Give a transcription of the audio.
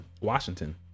Washington